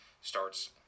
starts